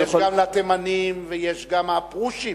יש גם לתימנים ויש גם לפרושים,